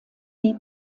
die